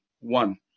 One